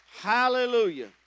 Hallelujah